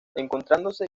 encontrándose